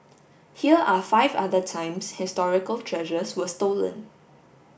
here are five other times historical treasures were stolen